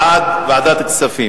בעד ועדת הכספים.